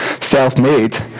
self-made